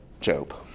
Job